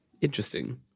interesting